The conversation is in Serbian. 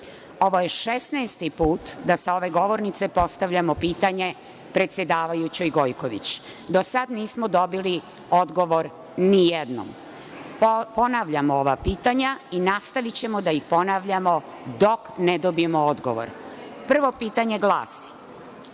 Ovo je 16. put da sa ove govornice postavljamo pitanje predsedavajućoj Gojković. Do sada nismo dobili odgovor nijednom. Ponavljamo ova pitanja i nastavićemo da ih ponavljamo dok ne dobijemo odgovor. Prvo pitanje glasi